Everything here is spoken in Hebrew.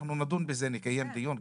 אנחנו נדון בזה, נקיים דיון.